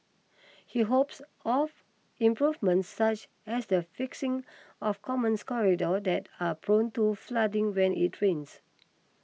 he hopes of improvements such as the fixing of commons corridors that are prone to flooding when it rains